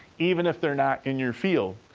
even if they're not in your field.